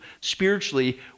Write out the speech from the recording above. Spiritually